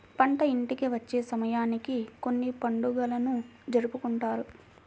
పంట ఇంటికి వచ్చే సమయానికి కొన్ని పండుగలను జరుపుకుంటారు